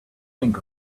think